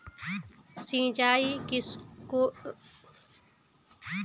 सिंचाई किसोक कराल जाहा जाहा?